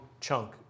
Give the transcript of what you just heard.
chunk